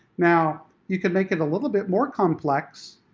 now, you can make it a little bit more complex,